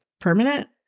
permanent